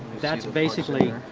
that's basically